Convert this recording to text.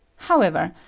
however,